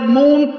moon